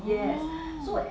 oh